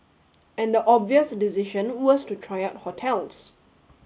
and the obvious decision was to try out hotels